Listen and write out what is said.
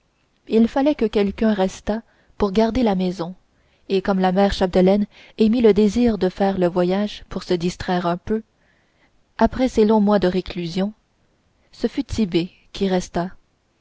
il fallait que quelqu'un restât pour garder la maison et comme la mère chapdelaine émit le désir de faire le voyage pour se distraire un peu après ces longs mois de réclusion ce fut tit'bé qui resta